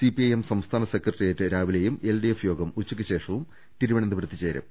CPIM സംസ്ഥാന സെക്രട്ടേറിയറ്റ് രാവിലെയും എൽഡിഎഫ് യോഗം ഉച്ചക്ക് ശേഷവും തിരുവനന്തപുരത്ത് ചേരും